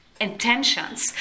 intentions